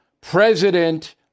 president